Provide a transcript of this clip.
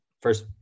first